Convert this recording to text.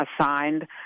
assigned